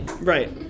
Right